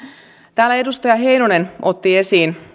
täällä edustaja heinonen otti esiin